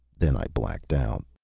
then i blacked out.